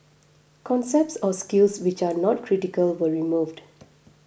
concepts or skills which are not critical were removed